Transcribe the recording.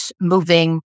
moving